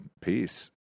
peace